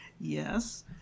yes